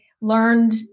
learned